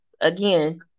again